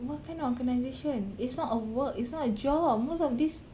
what kind of organisation it's not a work it's not a job these